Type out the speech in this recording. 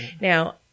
now